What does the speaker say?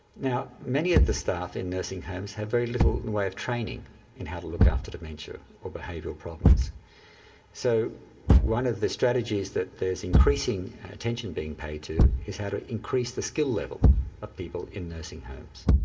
now many of the staff in nursing homes have very little in the way of training in how to look after dementia or behavioural problems so one of the strategies that there's increasing attention being paid to is how to increase the skill level of people in nursing homes.